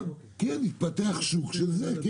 כן, התפתח שוק של דירות כאלה.